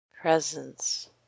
presence